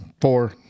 four